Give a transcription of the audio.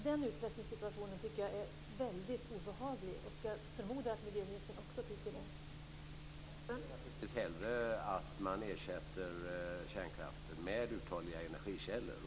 Den utpressningssituationen är obehaglig, och jag förmodar att miljöministern också tycker det.